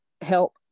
help